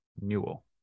Newell